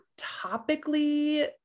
topically